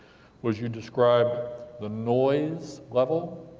was you described the noise level,